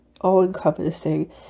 all-encompassing